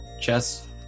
Chess